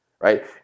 right